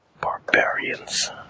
Barbarians